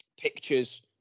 pictures